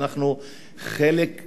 ואנחנו חלק חשוב,